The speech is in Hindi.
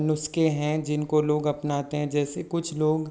नुस्खे है जिनको लोग अपनाते हैं जैसे कुछ लोग